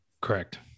Correct